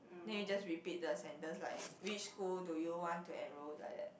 then you just repeat the sentence like which school do you want to enroll like that